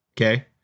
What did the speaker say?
Okay